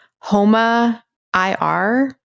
HOMA-IR